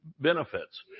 benefits